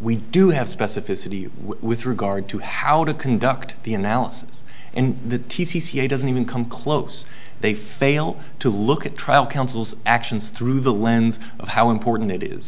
we do have specificity with regard to how to conduct the analysis and the doesn't even come close they fail to look at trial counsel's actions through the lens of how important it is